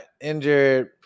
injured